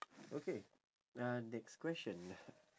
okay uh next question